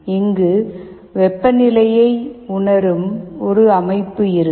இங்கு வெப்பநிலையை உணரும் ஒரு அமைப்பு இருக்கும்